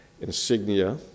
insignia